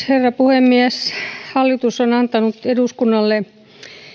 herra puhemies hallitus on antanut eduskunnalle